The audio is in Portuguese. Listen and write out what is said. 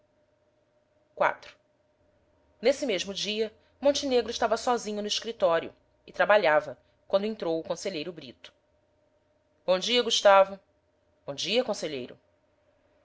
iv nesse mesmo dia montenegro estava sozinho no escritório e trabalhava quando entrou o conselheiro brito bom dia gustavo bom dia conselheiro